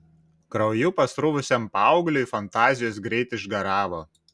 krauju pasruvusiam paaugliui fantazijos greit išgaravo